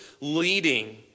leading